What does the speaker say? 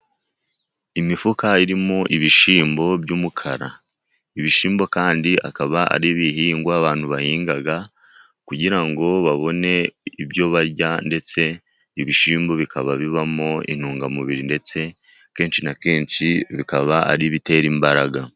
Imifuka irimo ibishyimbo by'umukara. Ibishyimbo kandi , akaba ari ibihingwa abantu bahinga kugira ngo babone ibyo barya. Ndetse ,ibishyimbo bikaba bibamo intungamubiri, ndetse kenshi na kenshi bikaba ari ibitera imbaraga.